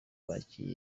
bakira